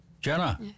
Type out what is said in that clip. Jenna